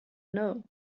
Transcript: know